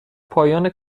پایان